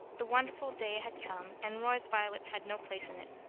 the wonderful day had come and roy's violets had no place in it.